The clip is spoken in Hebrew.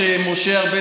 משה ארבל,